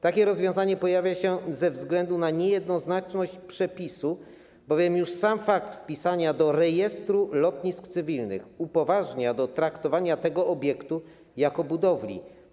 Takie rozwiązanie pojawia się ze względu na niejednoznaczność przepisu, bowiem już sam fakt wpisania do rejestru lotnisk cywilnych upoważnia do traktowania tego obiektu jako budowli.